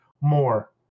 more